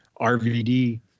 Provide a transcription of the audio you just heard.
RVD